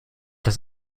das